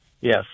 Yes